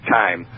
time